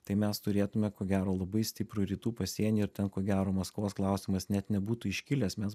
tai mes turėtume ko gero labai stiprų rytų pasienį ir ten ko gero maskvos klausimas net nebūtų iškilęs mes